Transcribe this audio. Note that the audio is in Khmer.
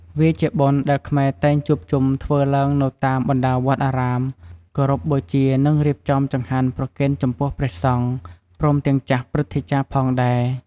វាជាបុណ្យដែលខ្មែរតែងជួបជុំធ្វើឡើងនៅតាមបណ្ដាវត្តអារាម គោរពបូជានិងរៀបចំចង្ហាន់ប្រគេនចំពោះព្រះសង្ឃ ព្រមទាំងចាស់ព្រឹទ្ទាចារ្យផងដែរ។